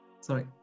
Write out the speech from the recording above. Sorry